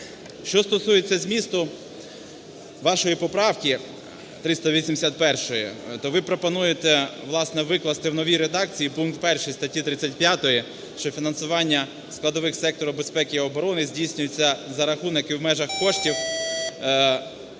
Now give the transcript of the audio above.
Що стосується змісту вашої поправки 381, то ви пропонуєте, власне, викласти в новій редакції пункт 1 статті 35, що фінансування складових сектору безпеки і оборони здійснюється за рахунок і в межах коштів,